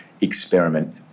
experiment